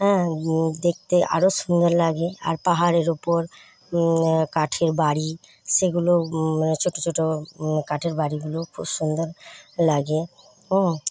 হ্যাঁ দেখতে আরও সুন্দর লাগে আর পাহাড়ের ওপর কাঠের বাড়ি সেগুলো মানে ছোটো ছোটো কাঠের বাড়িগুলো খুব সুন্দর লাগে